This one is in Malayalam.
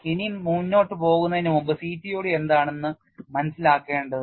ഇനിയും മുന്നോട്ട് പോകുന്നതിന് മുമ്പ് CTOD എന്താണ് എന്ന് മനസിലാക്കേണ്ടതുണ്ട്